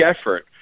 effort